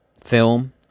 film